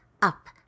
up